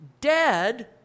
dead